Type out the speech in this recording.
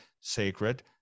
sacred